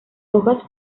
hojas